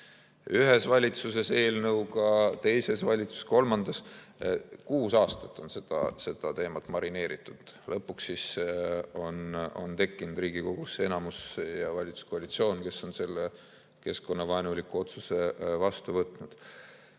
Ühes valitsuses eelnõuga, teises valitsuses, kolmandas – kuus aastat on seda teemat marineeritud. Lõpuks on tekkinud Riigikogusse enamus ja valitsuskoalitsioon, kes on selle keskkonnavaenuliku otsuse vastu võtnud.